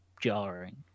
jarring